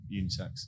unisex